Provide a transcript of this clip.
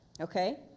okay